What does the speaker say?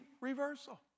reversal